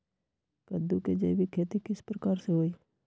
कददु के जैविक खेती किस प्रकार से होई?